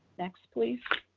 next please.